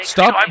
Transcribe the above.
Stop